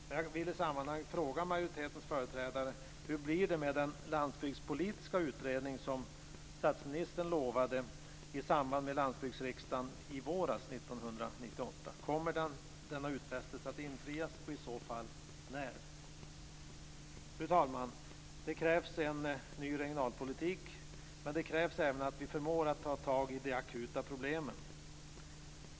Men jag vill i detta sammanhang fråga majoritetens företrädare: Hur blir det med den landsbygdspolitiska utredning som statsministern utlovade i samband med Landsbygdsriksdagen våren 1998? Kommer denna utfästelse att infrias och i så fall när? Fru talman! Det krävs en ny regionalpolitik. Men det krävs även att vi förmår att ta tag i de akuta problemen.